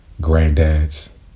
granddads